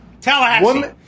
Tallahassee